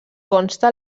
consta